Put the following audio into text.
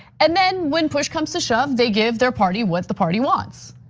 and then when push comes to shove, they give their party what the party wants,